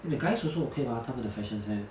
eh the guys also okay mah 他们的 fashion sense